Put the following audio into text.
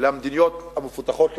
למדינות המפותחות,